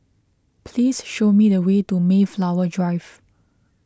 please show me the way to Mayflower Drive